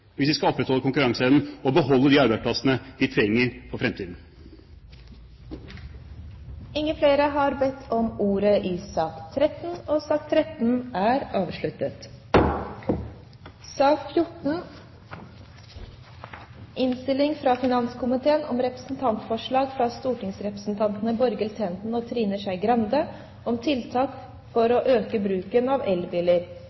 hvis vi skal opprettholde konkurranseevnen og beholde de arbeidsplassene vi trenger for fremtiden. Flere har ikke bedt om ordet til sak nr. 13. Etter ønske fra finanskomiteen vil presidenten foreslå at taletiden begrenses til 40 minutter og